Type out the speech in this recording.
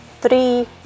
Three